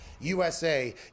USA